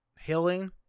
healing